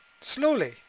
Slowly